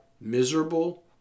miserable